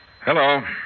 Hello